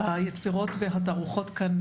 היצירות והתערוכות כאן,